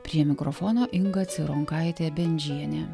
prie mikrofono inga cironkaitė bendžienė